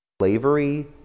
slavery